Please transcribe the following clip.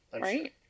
Right